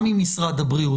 גם ממשרד הבריאות,